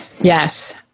Yes